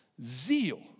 zeal